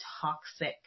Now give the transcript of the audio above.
toxic